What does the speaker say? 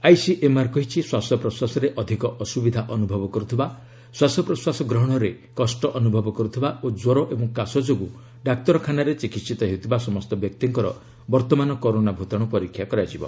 ICMR କହିଛି ଶ୍ୱାସପ୍ରଶ୍ୱାସରେ ଅଧିକ ଅସୁବିଧା ଅନୁଭବ କରୁଥିବା ଶ୍ୱାସପ୍ରଶ୍ୱାସ ଗ୍ରହଣରେ କଷ୍ଟ ଅନୁଭବ କରୁଥିବା ଓ ଜ୍ୱର ଏବଂ କାଶ ଯୋଗୁଁ ଡାକ୍ତରଖାନାରେ ଚିକିହିତ ହେଉଥିବା ସମସ୍ତ ବ୍ୟକ୍ତିଙ୍କର ବର୍ତ୍ତମାନ କରୋନା ଭୂତାଣୁ ପରୀକ୍ଷା କରାଯିବ